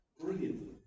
brilliantly